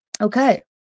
okay